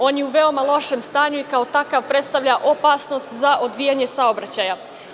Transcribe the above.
On je u veoma lošem stanju i, kao takav, predstavlja opasnost za odvijanje saobraćaja.